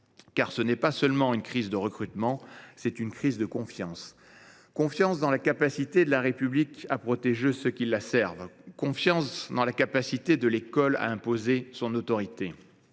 une crise non seulement de recrutement, mais aussi de confiance, confiance dans la capacité de la République à protéger ceux qui la servent et confiance dans la capacité de l’école à imposer son autorité.